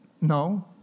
no